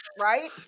right